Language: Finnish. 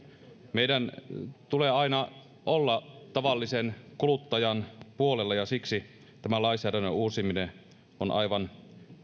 meidän tulee aina olla tavallisen kuluttajan puolella ja siksi tämän lainsäädännön uusiminen on aivan